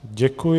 Děkuji.